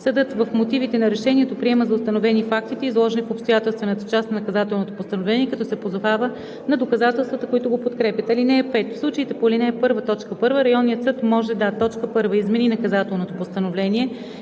Съдът в мотивите на решението приема за установени фактите, изложени в обстоятелствената част на наказателното постановление, като се позовава на доказателствата, които го подкрепят. (5) В случаите по ал. 1, т. 1 районният съд може да: 1. измени наказателното постановление,